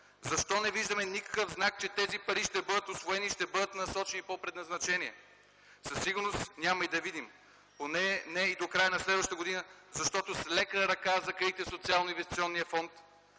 Защо не виждаме никакъв знак, че тези пари ще бъдат усвоени и ще бъдат насочени по предназначение? Със сигурност няма и да видим, поне не и до края на следващата година, защото с лека ръка закрихте Социално инвестиционния фонд,